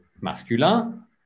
masculin